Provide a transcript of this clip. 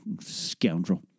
scoundrel